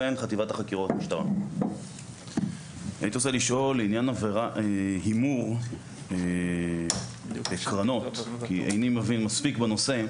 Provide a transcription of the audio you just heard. אני רוצה לשאול לעניין הימור בקרנות כי אינני מבין מספיק בנושא.